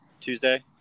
Tuesday